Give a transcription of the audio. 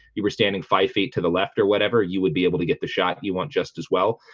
you were standing five feet to the left or whatever you would be able to get the shot you want just as well,